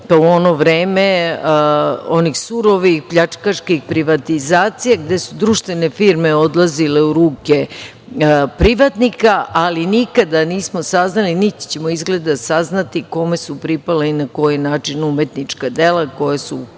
u ono vreme onih surovih, pljačkaških privatizacija, gde su društvene firme odlazile u ruke privatnika, ali nikada nismo saznali, niti ćemo izgleda saznati kome su pripala i na koji način umetnička dela koja su